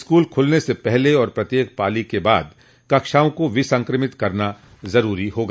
school खुलने से पहले और प्रत्येक पॉली के बाद कक्षाओं को विसंकमित करना जरूरी होगा